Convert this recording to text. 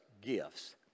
gifts